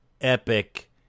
epic